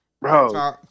bro